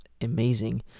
amazing